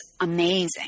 amazing